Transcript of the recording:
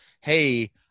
hey